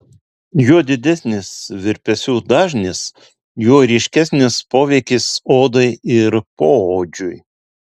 juo didesnis virpesių dažnis juo ryškesnis poveikis odai ir poodžiui